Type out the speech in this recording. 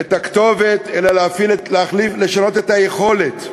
את הכתובת, אלא לשנות את היכולת.